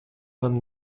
manu